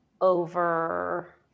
over